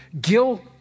Guilt